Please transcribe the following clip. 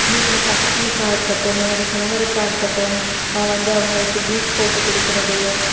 வீட்டில் பசங்களுக்காக இருக்கட்டும் எனது கணவருக்காக இருக்கட்டும் நான் வந்து அவர்களுக்கு ஜூஸ் போட்டு கொடுக்குறது